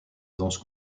danse